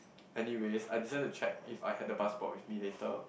anyways I decided to check if I had the passport with me later